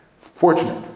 Fortunate